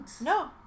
No